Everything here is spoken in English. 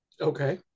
Okay